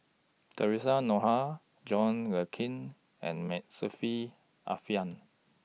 Theresa Noronha John Le Cain and May Saffri Are Manaf